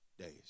days